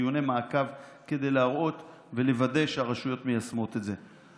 דיוני מעקב כדי להראות ולוודא שהרשויות מיישמות את זה.